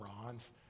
bronze